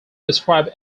described